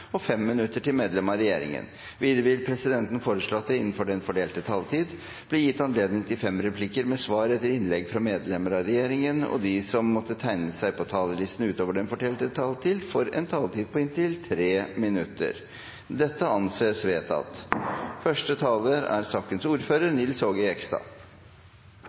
inntil fem replikker med svar etter innlegg fra medlemmer av regjeringen innenfor den fordelte taletid. Videre vil presidenten foreslå at de som måtte tegne seg på talerlisten utover den fordelte taletid, får en taletid på inntil 3 minutter. – Det anses vedtatt.